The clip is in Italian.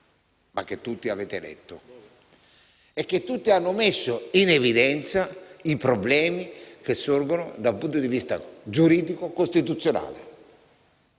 e che tutti avete letto, ma tutti hanno messo in evidenza i problemi che sorgono da un punto di vista giuridico-costituzionale.